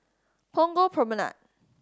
Punggol Promenade